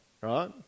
right